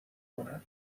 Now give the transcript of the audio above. کنن